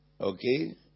Okay